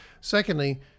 Secondly